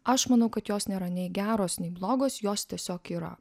aš manau kad jos nėra nei geros nei blogos jos tiesiog yra